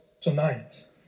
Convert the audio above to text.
tonight